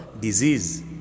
disease